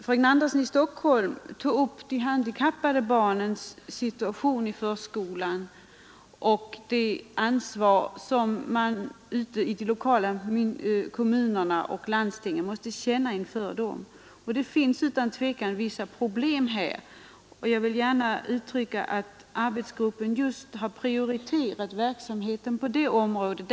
Fröken Andersson i Stockholm tog upp de handikappade barnens situation i förskolan och det ansvar som kommunerna och landstingen måste känna för dessa barn. Det finns utan tvivel vissa problem här, och jag vill gärna tala om att arbetsgruppen har prioriterat verksamheten just på det området.